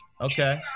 okay